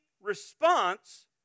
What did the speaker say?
response